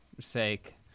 sake